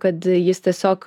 kad jis tiesiog